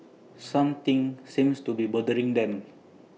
something seems to be bothering him